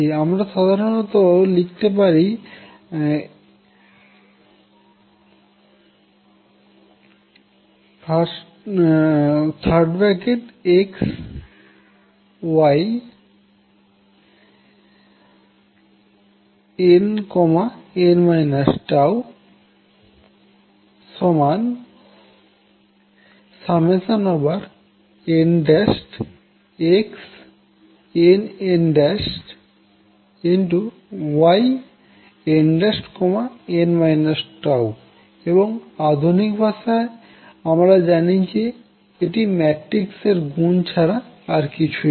আমরা সাধারনত লিখতে পারি X Y nn τ nXnnYnn τ এবং আধুনিক ভাষায় আমরা জানি এটি ম্যাট্রিক্স এর গুণ ছাড়া কিছুই না